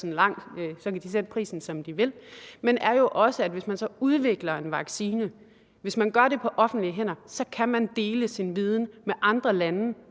de kan sætte prisen, som de vil, og også det, at hvis man så udvikler en vaccine og gør det på offentlige hænder, kan man dele sin viden med andre lande,